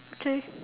okay